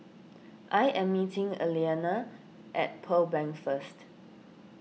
I am meeting Aliana at Pearl Bank first